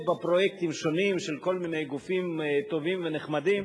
בפרויקטים שונים של כל מיני גופים טובים ונחמדים,